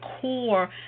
core